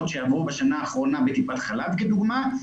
שעברו בשנה האחרונה בטיפת חלב כדוגמא,